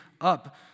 up